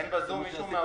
אין בזום מישהו מהאוצר?